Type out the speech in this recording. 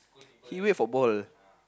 he wait for ball